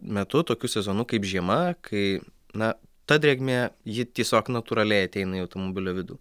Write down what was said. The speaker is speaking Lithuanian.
metu tokiu sezonu kaip žiema kai na ta drėgmė ji tiesiog natūraliai ateina į automobilio vidų